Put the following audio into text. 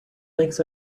thanks